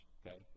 okay